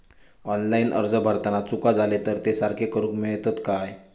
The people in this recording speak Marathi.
ऑनलाइन अर्ज भरताना चुका जाले तर ते सारके करुक मेळतत काय?